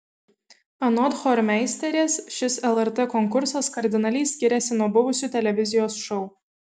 anot chormeisterės šis lrt konkursas kardinaliai skiriasi nuo buvusių televizijos šou